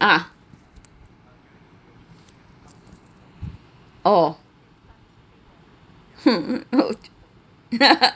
uh oh hmm mm oh